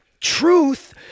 truth